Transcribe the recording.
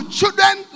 children